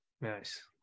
Nice